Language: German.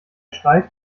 schreit